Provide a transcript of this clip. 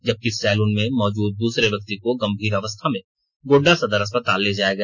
जबकि सैलून में मौजूद दूसरे व्यक्ति को गंभीर अवस्था में गोड्डा सदर अस्पताल ले जाया गया